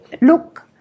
look